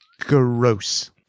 Gross